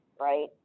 right